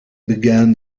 began